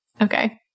Okay